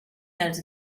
dels